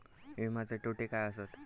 विमाचे तोटे काय आसत?